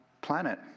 planet